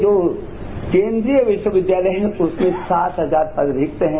जो केन्द्रीय विश्वविद्यालय है उसके सात हजार पद रिक्त हैं